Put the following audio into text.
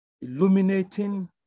illuminating